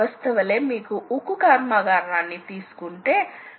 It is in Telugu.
లేదా మీరు ప్రీ స్టోర్డ్ ప్రోగ్రామ్ లను లోడ్ చేసి ఉపయోగించవచ్చు